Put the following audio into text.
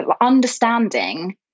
understanding